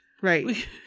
Right